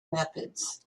methods